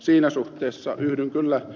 siinä suhteessa yhdyn kyllä ed